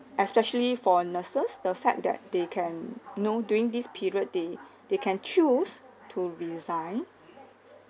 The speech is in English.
especially for nurses the fact that they can you know during this period they they can choose to resign